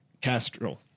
Castro